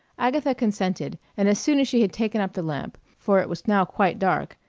agatha consented, and as soon as she had taken up the lamp, for it was now quite dark,